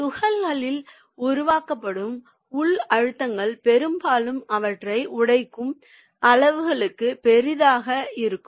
துகள்களில் உருவாக்கப்படும் உள் அழுத்தங்கள் பெரும்பாலும் அவற்றை உடைக்கும் அளவுக்கு பெரியதாக இருக்கும்